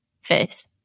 face